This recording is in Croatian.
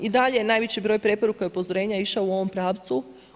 I dalje je najveći broj preporuka i upozorenja išao u ovom pravcu.